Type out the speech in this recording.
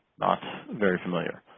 not very familiar.